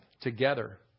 together